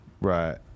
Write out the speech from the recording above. Right